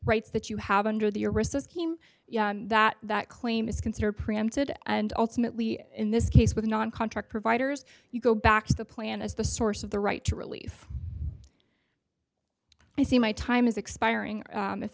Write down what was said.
rights that you have under the arista scheme that that claim is considered preempted and ultimately in this case with non contact providers you go back to the plan as the source of the right to relief i see my time is expiring